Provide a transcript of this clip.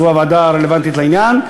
זו הוועדה הרלוונטית לעניין.